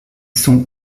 sont